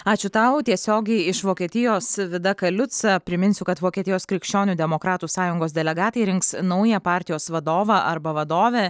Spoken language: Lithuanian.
ačiū tau tiesiogiai iš vokietijos vida kaliuca priminsiu kad vokietijos krikščionių demokratų sąjungos delegatai rinks naują partijos vadovą arba vadovę